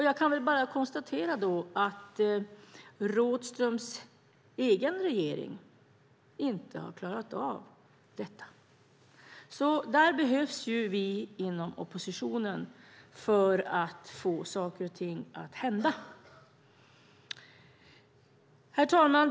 Jag kan samtidigt konstatera att Rådhströms egen regering inte har klarat av detta. Vi i oppositionen behövs alltså för att få saker och ting att hända. Herr talman!